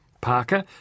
Parker